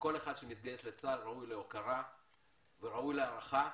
וכל אחד שמתגייס לצה"ל ראוי להוקרה וראוי להערכה,